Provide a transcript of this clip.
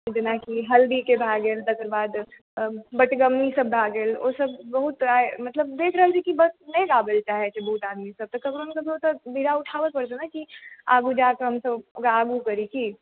जेनाकि हल्दीके भए गेल तकर बाद बटगमनीसभ भए गेल ओसभ बहुत आइ मतलब देखि रहल छी कि नहि गाबै लऽ चाहैत छै बहुत आदमी सभ तऽ केकरो ने केकरो तऽ बीड़ा उठाबहे पड़तै ने कि आगूँ जाके हमसभ ओकरा आगूँ करी की